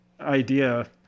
idea